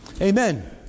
Amen